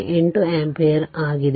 8 ampere ಆಗಿದೆ